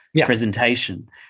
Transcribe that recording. presentation